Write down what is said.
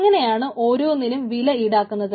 എങ്ങനെയാണ് ഓരോന്നിനും വില ഈടാക്കുന്നത്